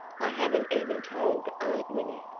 i haven't even told aunt winnie.